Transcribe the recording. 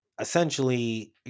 essentially